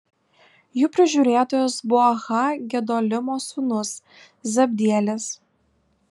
jų prižiūrėtojas buvo ha gedolimo sūnus zabdielis